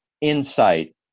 insight